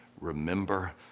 remember